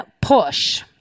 push